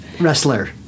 wrestler